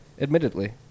admittedly